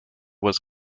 was